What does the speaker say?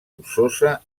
molsosa